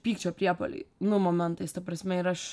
pykčio priepuoliai nu momentais ta prasme ir aš